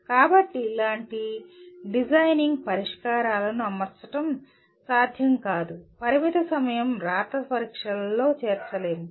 కాబట్టి ఇలాంటి డిజైనింగ్ పరిష్కారాలను అమర్చడం సాధ్యం కాదు పరిమిత సమయం రాత పరీక్షలలో చేర్చలేము